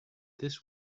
this